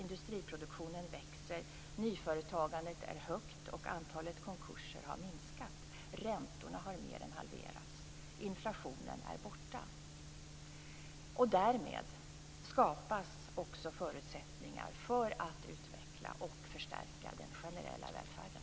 Industriproduktionen växer, nyföretagandet är högt och antalet konkurser har minskat. Räntorna har mer än halverats. Inflationen är borta. Och därmed skapas också förutsättningar för att utveckla och förstärka den generella välfärden.